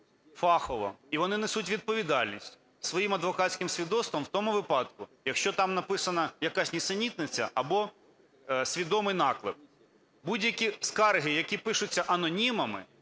фахово. І вони несуть відповідальність своїм адвокатським свідоцтвом у тому випадку, якщо там написана якась нісенітниця або свідомий наклеп. Будь-які скарги, які пишуться анонімами